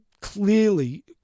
clearly